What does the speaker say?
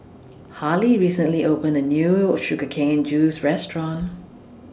Harley recently opened A New Sugar Cane Juice Restaurant